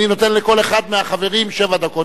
אני נותן לכל אחד מהחברים שבע דקות,